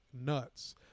nuts